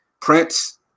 Prince